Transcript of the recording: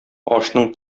ашның